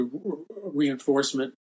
reinforcement